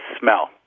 smell